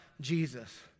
Jesus